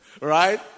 Right